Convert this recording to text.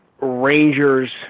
Rangers